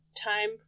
time